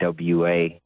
WA